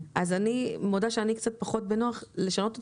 אז אני מודה שאני קצת פחות בנוח לשנות אותה,